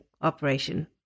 operation